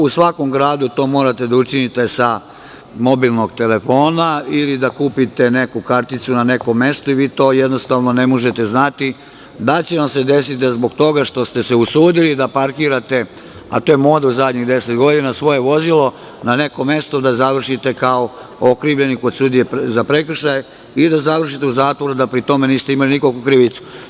U svakom gradu morate to da učinite sa mobilnog telefona ili da kupite neku karticu na nekom mestu i vi to jednostavno ne možete znati, da li će vam se desiti da, zbog toga što ste se usudili parkirate, a to je moda u zadnjih 10 godina, svoje vozilo na neko mesto, da završite kao okrivljeni kod sudije za prekršaje i da završite u zatvoru, da pri tome niste imali nikakvu krivicu.